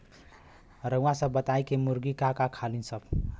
रउआ सभ बताई मुर्गी का का खालीन सब?